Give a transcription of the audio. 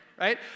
right